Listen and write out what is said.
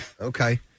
Okay